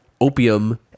opium